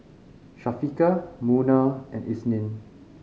Syafiqah Munah and Isnin